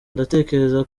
ndatekereza